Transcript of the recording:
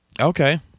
Okay